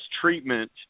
treatment